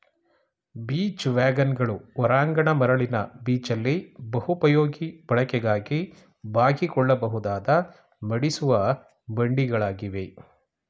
beach ವ್ಯಾಗನ್ಗಳು ಹೊರಾಂಗಣ ಮರಳಿನ ಬೀಚಲ್ಲಿ ಬಹುಪಯೋಗಿ ಬಳಕೆಗಾಗಿ ಬಾಗಿಕೊಳ್ಳಬಹುದಾದ ಮಡಿಸುವ ಬಂಡಿಗಳಾಗಿವೆ